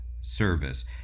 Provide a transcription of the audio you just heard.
service